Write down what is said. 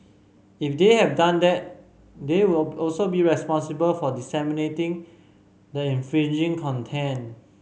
if they have done that they will also be responsible for disseminating the infringing content